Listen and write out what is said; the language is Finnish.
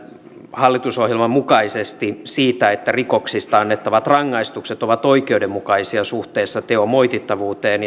hallitusohjelman mukaisesti siitä että rikoksista annettavat rangaistukset ovat oikeudenmukaisia suhteessa teon moitittavuuteen